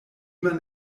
man